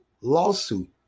lawsuit